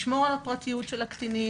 לשמור על הפרטיות של הקטינים,